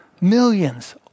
millions